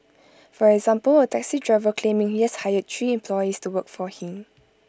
for example A taxi driver claiming he has hired three employees to work for him